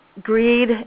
Greed